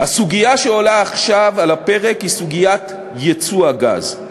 הסוגיה שעולה עכשיו על הפרק היא סוגיית ייצוא הגז.